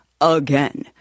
again